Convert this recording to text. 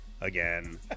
again